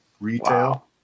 retail